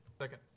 Second